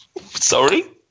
Sorry